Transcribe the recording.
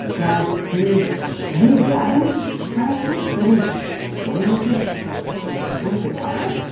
guys, do we need that many trash cans? maybe one of you could learn guitar?